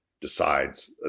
decides